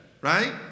right